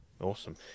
Awesome